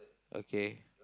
okay